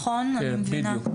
בדיוק.